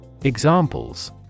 Examples